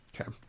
okay